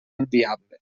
inviable